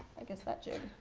i guess that jig.